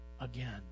again